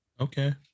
Okay